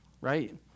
right